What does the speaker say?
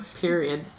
period